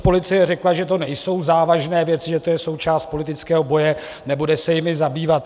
Policie řekla, že to nejsou závažné věci, že to je součást politického boje, nebude se jimi zabývat.